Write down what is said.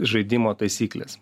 žaidimo taisykles